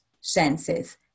senses